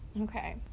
Okay